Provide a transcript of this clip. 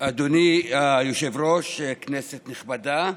אדוני היושב-ראש, כנסת נכבדה,